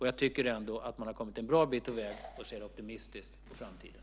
Jag tycker ändå att myndigheten har kommit en bra bit på vägen, och jag ser optimistiskt på framtiden.